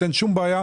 אין שום בעיה.